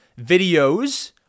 videos